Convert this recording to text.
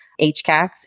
HCATs